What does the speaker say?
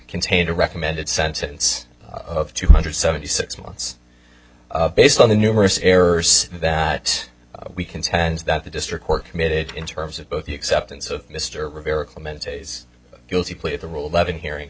contained a recommended sentence of two hundred seventy six months based on the numerous errors that we contend that the district court committed in terms of both the acceptance of mr rivera clemente's guilty plea the rule eleven hearing